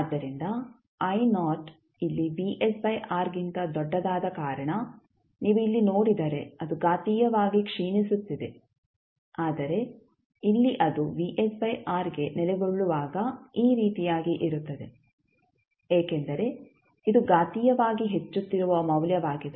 ಆದ್ದರಿಂದ I ನಾಟ್ ಇಲ್ಲಿ ಗಿಂತ ದೊಡ್ಡದಾದ ಕಾರಣ ನೀವು ಇಲ್ಲಿ ನೋಡಿದರೆ ಅದು ಘಾತೀಯವಾಗಿ ಕ್ಷೀಣಿಸುತ್ತಿದೆ ಆದರೆ ಇಲ್ಲಿ ಅದು ಗೆ ನೆಲೆಗೊಳ್ಳುವಾಗ ಈ ರೀತಿಯಾಗಿ ಇರುತ್ತದೆ ಏಕೆಂದರೆ ಇದು ಘಾತೀಯವಾಗಿ ಹೆಚ್ಚುತ್ತಿರುವ ಮೌಲ್ಯವಾಗಿದೆ